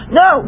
no